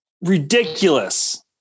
ridiculous